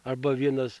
arba vienas